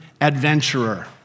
adventurer